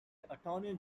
attorney